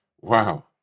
wow